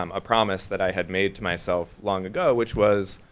um a promise that i had made to myself long ago which was,